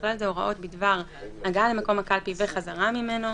ובכלל זה הוראות בדבר הגעה למקום הקלפי וחזרה ממנו,